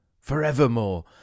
forevermore